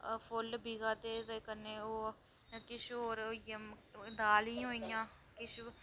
फुल्ल बिका दे ते कन्नै होर कि होर होइया दाली होइ आं किश